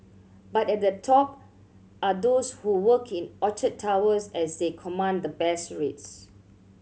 but at the top are those who work in Orchard Towers as they command the best rates